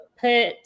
put